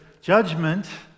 judgment